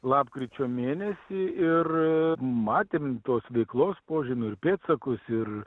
lapkričio mėnesį ir matėm tos veiklos požymių ir pėdsakus ir